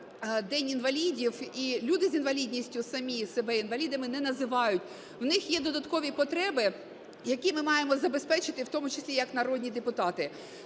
День інвалідів, і люди з інвалідністю самі себе інвалідами не називають. В них є додаткові потреби, які ми маємо забезпечити в тому числі як народні депутати.